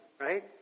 right